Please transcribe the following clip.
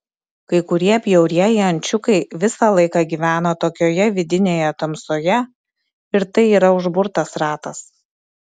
kai kurie bjaurieji ančiukai visą laiką gyvena tokioje vidinėje tamsoje ir tai yra užburtas ratas